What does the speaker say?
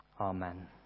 Amen